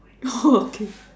okay